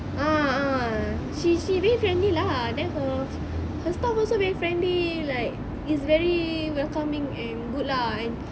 a'ah she she very friendly lah then her staff also very friendly like it's very welcoming and good lah and